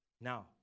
Now